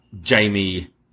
Jamie